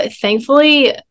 thankfully